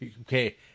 Okay